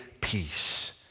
peace